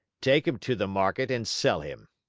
take him to the market and sell him.